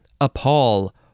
appall